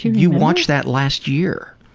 you watched that last year.